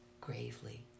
gravely